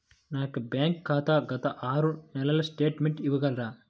నా యొక్క బ్యాంక్ ఖాతా గత ఆరు నెలల స్టేట్మెంట్ ఇవ్వగలరా?